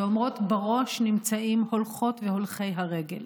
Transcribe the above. ואומרות שבראש נמצאים הולכות והולכי הרגל.